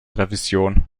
revision